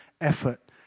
effort